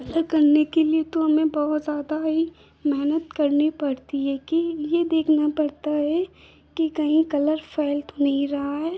colour करने के लिए तो हमें बहुत ज़्यादा ही मेहनत करनी पड़ती है कि यह देखना पड़ता है कि कहीं कलर फ़ैल तो नहीं रहा है